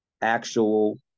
actual